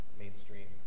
mainstream